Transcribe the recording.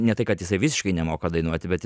ne tai kad jisai visiškai nemoka dainuoti bet